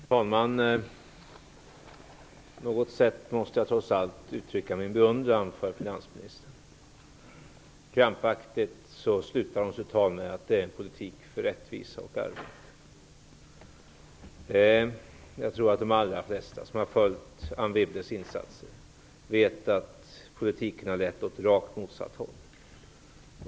Herr talman! På något sätt måste jag trots allt uttrycka min beundran för finansministern. Krampaktigt slutar hon sitt anförande hon med att säga att det är en politik för rättvisa och arbeten. Jag tror att de allra flesta som har följt Anne Wibbles insatser vet att politiken har lett åt rakt motsatt håll.